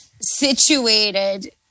situated